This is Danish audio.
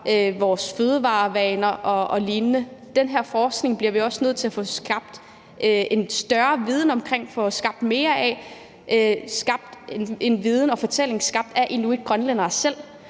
vores fødevarevaner og lignende. Den her forskning bliver vi også nødt til at få skabt og få større viden omkring det, få skabt mere af det, få skabt en viden og en fortælling skabt af inuitgrønlændere selv.